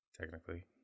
Technically